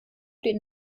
den